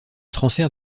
transfert